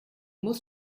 muss